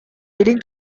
leading